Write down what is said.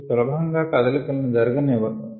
ఇది సులభంగా కదలికలను జరగనివ్వదు